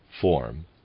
form